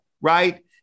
right